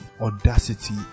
audacity